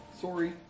Sorry